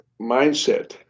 mindset